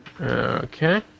Okay